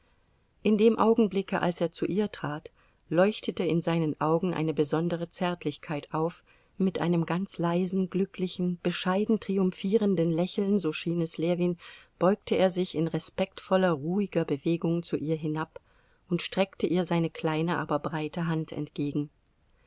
in dem augenblicke als er zu ihr trat leuchtete in seinen augen eine besondere zärtlichkeit auf mit einem ganz leisen glücklichen bescheiden triumphierenden lächeln so schien es ljewin beugte er sich in respektvoller ruhiger bewegung zu ihr hinab und streckte ihr seine kleine aber breite hand entgegen